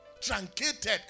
truncated